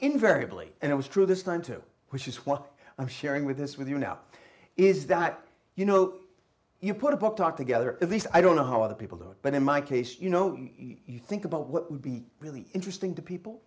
invariably and it was true this time too which is what i'm sharing with this with you now is that you know you put a book talk together at least i don't know how other people do it but in my case you know you think about what would be really interesting to people